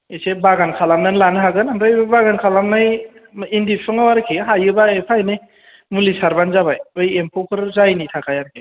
एसे बागान खालामनानै लानो हागोन ओमफ्राय बागान खालामनाय इन्दि बिफाङाव आरोखि हायोबा एफा एनै मुलि सारबानो जाबाय बै एम्फौफोर जायैनि थाखाय आरोखि